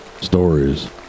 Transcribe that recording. Stories